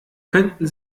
könnten